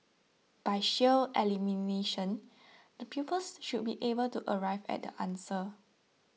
by sheer elimination the pupils should be able to arrive at the answer